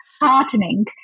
heartening